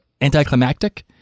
anticlimactic